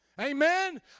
Amen